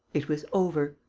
it was over.